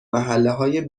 محلههای